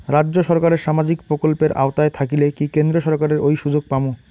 রাজ্য সরকারের সামাজিক প্রকল্পের আওতায় থাকিলে কি কেন্দ্র সরকারের ওই সুযোগ পামু?